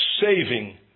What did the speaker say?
saving